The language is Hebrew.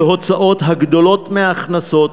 של הוצאות הגדולות מהכנסות,